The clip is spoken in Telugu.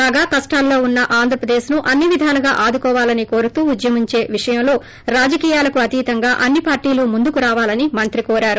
కాగా కష్షాలలో ఉన్న ఆంధ్రప్రదేశ్ ను అన్ని విధాలుగా ఆదుకోవాలని కోరుతూ ఉద్యమించే విషయంలో రాజకీయాలు అత్తంగా అన్ని పార్టీలు ముందుకు రావాలని మంత్రి కోరారు